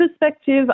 perspective